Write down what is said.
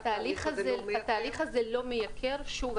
התהליך הזה לא מייקר שוב,